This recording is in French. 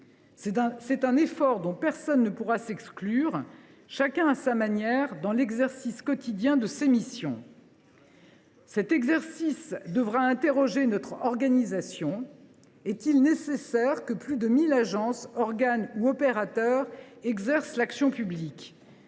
C’est un effort dont personne ne pourra s’exclure, chacun à sa manière, dans l’exercice quotidien de ses missions. « Cet exercice devra interroger notre organisation. Est il nécessaire que plus de 1 000 agences, organes ou opérateurs exercent l’action publique ?